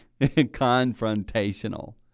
confrontational